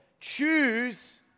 Choose